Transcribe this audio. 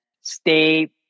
stay